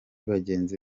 bagenzi